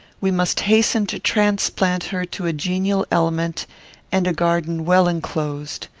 we must hasten to transplant her to a genial element and a garden well enclosed.